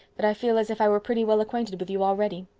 that i feel as if i were pretty well acquainted with you already.